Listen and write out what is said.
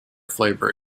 flavor